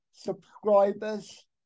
subscribers